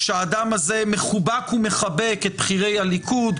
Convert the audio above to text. שהאדם הזה מחובק ומחבק את בכירי הליכוד,